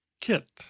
Kit